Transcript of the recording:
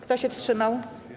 Kto się wstrzymał?